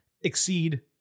exceed